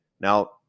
Now